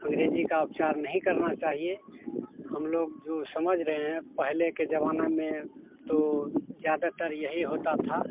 अँग्रेजी का उपचार नहीं करना चाहिए हम लोग जो समझ रहे हैं पहले के जमाना में तो ज़्यादातर यही होता था